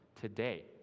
today